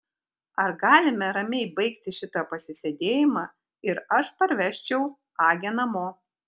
ar galime ramiai baigti šitą pasisėdėjimą ir aš parvežčiau agę namo